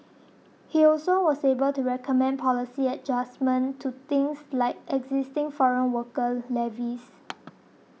he also was able to recommend policy adjustments to things like the existing foreign worker levies